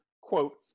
quote